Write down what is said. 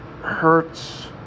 hurts